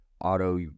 auto